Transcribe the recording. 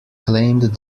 claimed